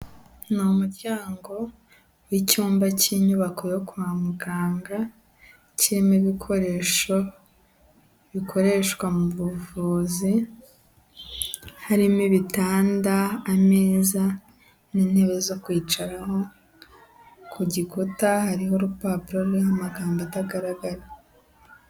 Ni umuryango w'icyumba cy'inyubako yo kwa muganga kirimo ibikoresho bikoreshwa mu buvuzi, harimo, ibitanda, ameza n'intebe zo kwicaraho, ku gikuta hariho urupapuro ruriho amagambo atagaragara.